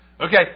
Okay